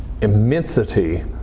immensity